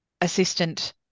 assistant